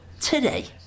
today